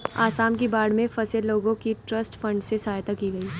आसाम की बाढ़ में फंसे लोगों की ट्रस्ट फंड से सहायता की गई